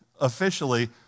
officially